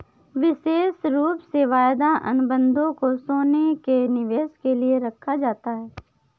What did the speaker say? विशेष रूप से वायदा अनुबन्धों को सोने के निवेश के लिये रखा जाता है